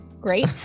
Great